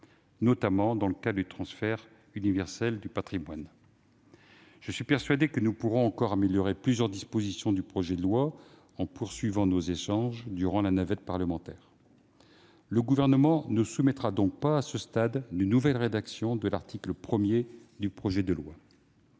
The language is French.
notamment à propos du transfert universel du patrimoine professionnel. Je suis persuadé que nous pourrons encore améliorer plusieurs dispositions du projet de loi en poursuivant nos échanges durant la navette parlementaire. Le Gouvernement ne soumettra donc pas, à ce stade, de nouvelle rédaction de l'article 1 du projet de loi.